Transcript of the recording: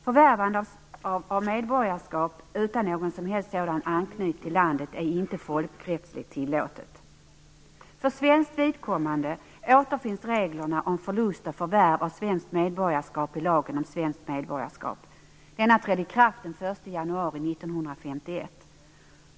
Förvärvande av medborgarskap utan någon som helst sådan anknytning till landet är inte folkrättsligt tillåtet. För svensk vidkommande återfinns reglerna om förlust och förvärv av svenskt medborgarskap i lagen om svenskt medborgarskap. Denna trädde i kraft den 1 januari 1951.